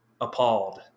appalled –